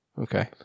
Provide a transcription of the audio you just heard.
Okay